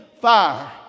fire